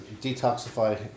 detoxify